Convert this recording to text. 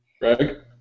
Greg